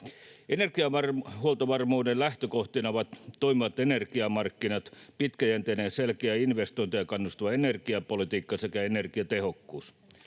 Energiahuoltovarmuuden lähtökohtina ovat toimivat energiamarkkinat, pitkäjänteinen ja selkeä investointeihin kannustava energiapolitiikka sekä energiatehokkuus.